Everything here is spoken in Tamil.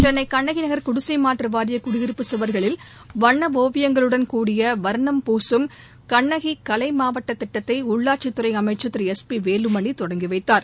சென்னை கண்ணகி நகர் குடிசைமாற்று வாரிய குடியிருப்பு சுவர்களில் வண்ண ஒவியங்களுடன் கூடிய வர்ணம் பூசும் கண்ணகி கலை மாவட்ட திட்டத்தை உள்ளாட்சித் துறை அமைச்ச் திரு எஸ் பி வேலுமணி தொடங்கி வைத்தார்